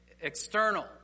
external